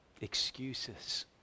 excuses